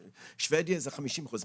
בשבדיה זה 50 אחוזים.